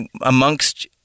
amongst